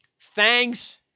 thanks